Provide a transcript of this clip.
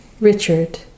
Richard